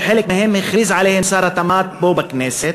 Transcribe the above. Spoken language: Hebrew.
שעל חלק מהן הכריז שר התמ"ת פה בכנסת,